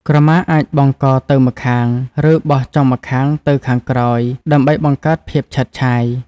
ក្រមាអាចបង់កទៅម្ខាង ឬបោះចុងម្ខាងទៅខាងក្រោយ ដើម្បីបង្កើតភាពឆើតឆាយ។